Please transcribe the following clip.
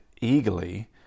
eagerly